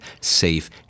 safe